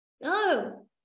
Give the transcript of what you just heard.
No